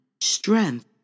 strength